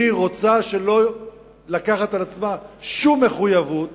היא לא רוצה לקחת על עצמה שום מחויבות